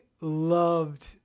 loved